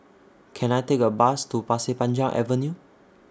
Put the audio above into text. Can I Take A Bus to Pasir Panjang Avenue